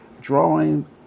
drawing